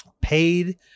paid